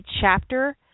chapter